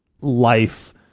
life